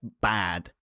bad